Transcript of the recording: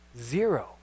zero